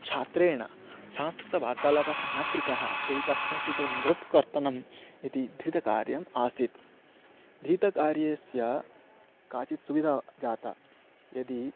छात्रेण सांस्कृतवार्तालापः न कृतः तर्हि तस्य तेन मृत्कर्तनम् इति धृतकार्यम् आसीत् धृतकार्यस्य काचित् सुविधा जाता यदि